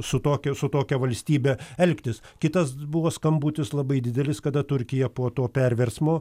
su tokiu su tokia valstybe elgtis kitas buvo skambutis labai didelis kada turkija po to perversmo